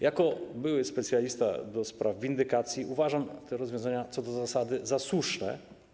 Jako były specjalista do spraw windykacji uważam te rozwiązania co do zasady za słuszne.